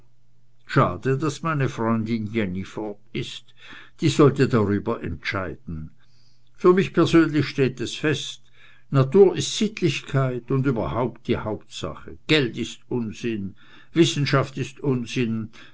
schade daß meine freundin jenny fort ist die sollte darüber entscheiden für mich persönlich steht es fest natur ist sittlichkeit und überhaupt die hauptsache geld ist unsinn wissenschaft ist unsinn